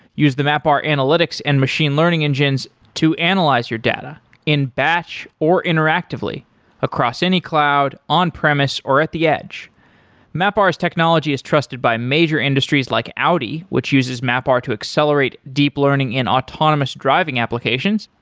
use the mapr analytics and machine learning engines to analyze your data in batch, or interactively across any cloud, on premise, or at the edge mapr's technology technology is trusted by major industries like audi, which uses mapr to accelerate deep learning in autonomous driving applications.